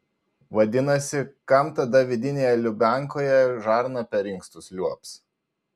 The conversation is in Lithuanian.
vadinasi kam tada vidinėje lubiankoje žarna per inkstus liuobs